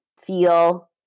feel